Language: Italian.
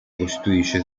costituisce